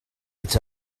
its